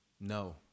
No